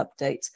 updates